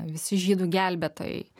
visi žydų gelbėtojai